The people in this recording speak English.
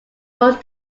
was